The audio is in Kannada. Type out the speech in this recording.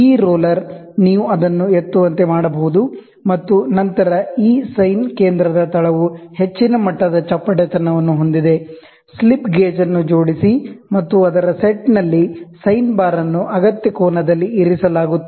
ಈ ರೋಲರ್ ನೀವು ಅದನ್ನು ಎತ್ತುವಂತೆ ಮಾಡಬಹುದು ಮತ್ತು ನಂತರ ಈ ಸೈನ್ ಕೇಂದ್ರದ ತಳವು ಹೆಚ್ಚಿನ ಮಟ್ಟದ ಚಪ್ಪಟೆತನವನ್ನು ಹೊಂದಿದೆ ಸ್ಲಿಪ್ ಗೇಜ್ ಅನ್ನು ಜೋಡಿಸಿ ಮತ್ತು ಅದರ ಸೆಟ್ನಲ್ಲಿ ಸೈನ್ ಬಾರ್ ಅನ್ನು ಅಗತ್ಯ ಕೋನದಲ್ಲಿ ಇರಿಸಲಾಗುತ್ತದೆ